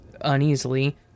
uneasily